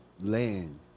land